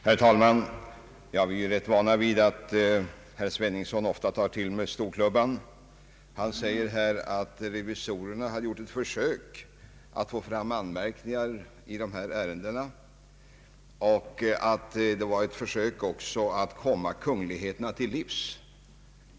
Herr talman! Vi är rätt vana vid att herr Sveningsson tar till storklubban. Han säger här att revisorerna gjort ett försök att få fram anmärkningar i dessa ärenden och att detta även var ett försök att komma kungligheterna till livs.